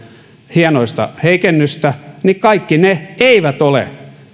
hienoista heikennystä eivät ole